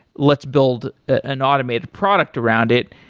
let's build an automated product around it.